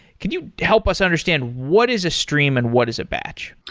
could you help us understand what is a stream and what is a batch?